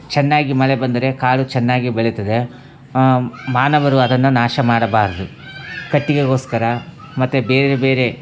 ಚೆನ್ನಾಗಿ ಮಳೆ ಬಂದರೆ ಕಾಡು ಚೆನ್ನಾಗಿ ಬೆಳಿತದೆ ಮಾನವರು ಅದನ್ನು ನಾಶ ಮಾಡಬಾರದು ಕಟ್ಟಿಗೆಗೋಸ್ಕರ ಮತ್ತು ಬೇರೆ ಬೇರೆ